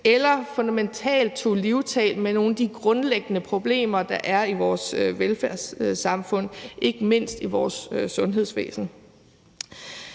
eller fundementalt at tage livtag med nogle af de grundlæggende problemer, der er i vores velfærdssamfund, ikke mindst i vores sundhedsvæsen.